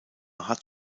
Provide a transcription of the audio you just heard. hat